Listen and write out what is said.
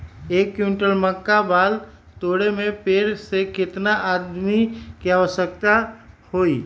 एक क्विंटल मक्का बाल तोरे में पेड़ से केतना आदमी के आवश्कता होई?